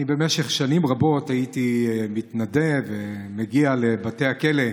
במשך שנים רבות הייתי מתנדב ומגיע לבתי הכלא,